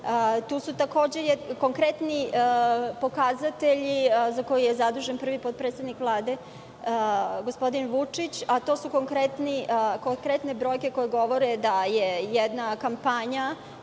to su takođe konkretni pokazatelji za koje je zadužen prvi potpredsednik Vlade, gospodin Vučić, konkretne brojke koje govore da jedna kampanja,